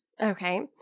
Okay